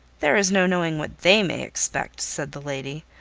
there is no knowing what they may expect, said the lady,